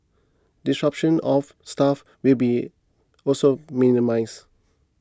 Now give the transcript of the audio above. disruption of staff will be also minimised